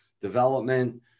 development